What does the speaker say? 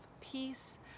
peace